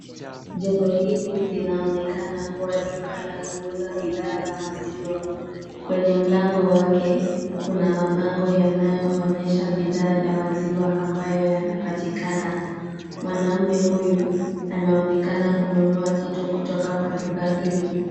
Jengo hili linaonekana kuwa duka la kuuza bidhaa za maziwa. Kwenye mlango wake, kuna mabango yanayoonyesha bidhaa ya maziwa ambayo yanapatikana. Mwanamume huyu, anaonekana kununua kitu kutoka kwa duka hili.